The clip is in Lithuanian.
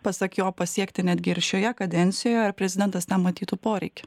pasak jo pasiekti netgi ir šioje kadencijoje prezidentas tam matytų poreikį